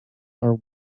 are